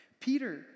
Peter